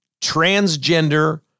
transgender